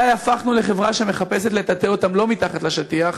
מתי הפכנו לחברה שמחפשת לטאטא אותם לא מתחת לשטיח,